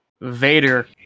Vader